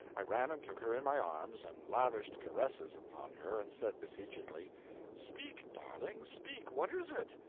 i ran and took her in my arms, and lavished caresses upon her and said, beseechingly speak, darling, speak! what is it?